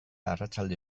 arratsalde